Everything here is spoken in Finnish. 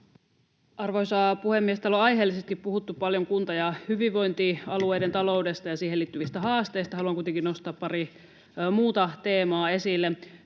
Arvoisa puhemies! Täällä on aiheellisesti puhuttu paljon kunta- ja hyvinvointialueiden taloudesta ja siihen liittyvistä haasteista. Haluan kuitenkin nostaa pari muuta teemaa esille.